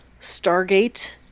Stargate